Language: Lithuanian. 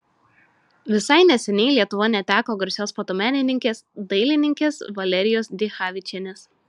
visai neseniai lietuva neteko garsios fotomenininkės dailininkės valerijos dichavičienės